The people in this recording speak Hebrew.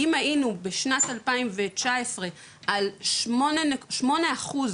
אם היינו בשנת 2019 על שמונה אחוז